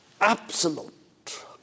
absolute